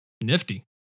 nifty